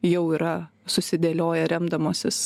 jau yra susidėlioję remdamasis